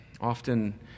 often